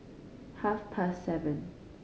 half past seven